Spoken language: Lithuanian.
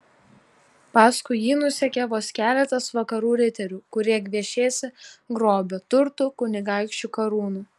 paskui jį nusekė vos keletas vakarų riterių kurie gviešėsi grobio turtų kunigaikščių karūnų